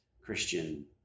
Christian